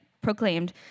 proclaimed